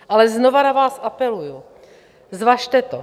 Ale znova na vás apeluji, zvažte to.